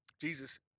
Jesus